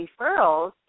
referrals